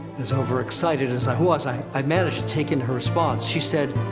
as overexcited as i was, i i managed to take in her response. she said,